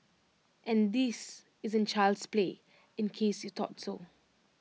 and this isn't child's play in case you thought so